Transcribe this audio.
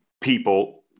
people